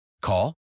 Call